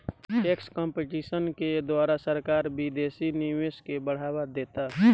tax competition के द्वारा सरकार विदेशी निवेश के बढ़ावा देता